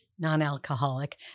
Non-alcoholic